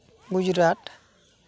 Gujarat